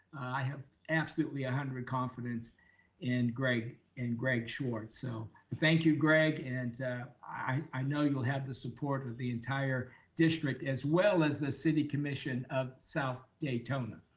i have absolutely a hundred confidence confidence in greg in greg schwartz. so thank you, greg. and i know you'll have the support of the entire district as well as the city commission of south daytona.